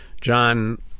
John